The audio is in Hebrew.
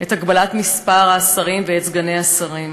את הגבלת מספר השרים וסגני השרים.